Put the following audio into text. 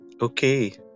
okay